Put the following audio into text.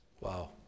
Wow